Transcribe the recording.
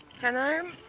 Hello